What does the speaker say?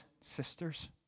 sisters